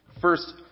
First